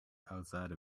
outside